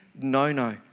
no-no